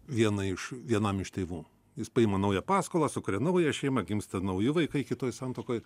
viena iš vienam iš tėvų jis paima naują paskolą sukuria naują šeimą gimsta nauji vaikai kitoj santuokoj